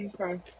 Okay